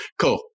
Cool